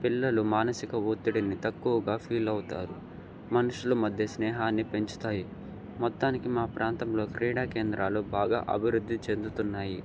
పిల్లలు మానసిక ఒత్తిడిని తక్కువగా ఫీల్ అవుతారు మనుషులు మధ్య స్నేహాన్ని పెంచుతాయి మొత్తానికి మా ప్రాంతంలో క్రీడా కేంద్రాలు బాగా అభివృద్ధి చెందుతున్నాయి